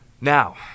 Now